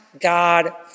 God